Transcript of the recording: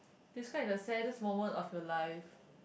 describe the saddest moment of your life